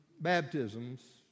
baptisms